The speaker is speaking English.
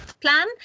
plan